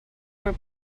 were